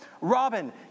Robin